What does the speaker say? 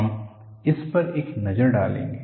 हम इस पर एक नजर डालेंगे